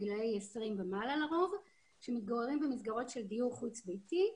לרוב בני עשרים ומעלה שמתגוררים במסגרות של דיור חוץ ביתי,